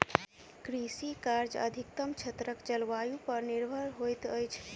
कृषि कार्य अधिकतम क्षेत्रक जलवायु पर निर्भर होइत अछि